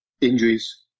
Injuries